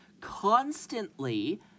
constantly